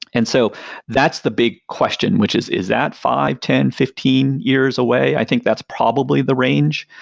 and so that's the big question, which is is that five, ten, fifteen years away? i think that's probably the range,